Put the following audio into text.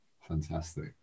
Fantastic